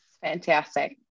Fantastic